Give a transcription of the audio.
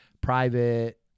private